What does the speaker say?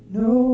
no